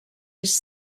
his